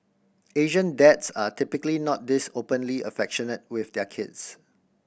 Asian dads are typically not this openly affectionate with their kids